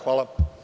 Hvala.